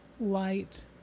light